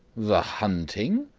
the hunting?